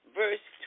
verse